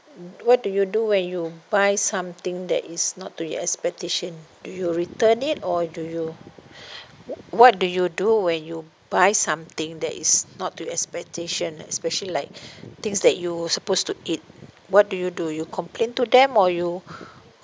what do you do when you buy something that is not to your expectation do you return it or do you what do you do when you buy something that is not to your expectation especially like things that you supposed to eat what do you do you complain to them or you